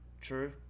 true